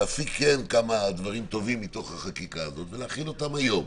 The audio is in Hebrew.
להפיק כמה דברים טובים מתוך החקיקה הזאת ולהכין אותם היום.